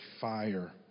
fire